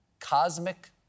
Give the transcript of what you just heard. Cosmic